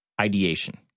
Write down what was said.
Ideation